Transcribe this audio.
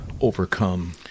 overcome